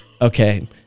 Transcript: Okay